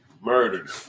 Murdered